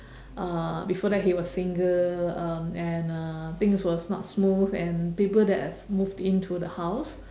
uh before that he was single um and uh things was not smooth and people that have moved in to the house